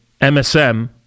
MSM